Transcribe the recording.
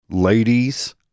Ladies